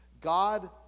God